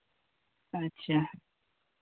ᱟᱪᱪᱷᱟ